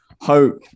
hope